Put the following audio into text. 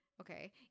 Okay